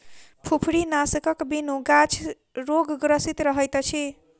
फुफरीनाशकक बिनु गाछ रोगग्रसित रहैत अछि